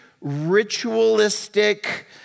ritualistic